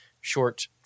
short